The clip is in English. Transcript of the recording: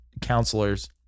counselors